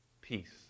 peace